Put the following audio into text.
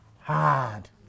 Hard